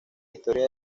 historia